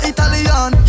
Italian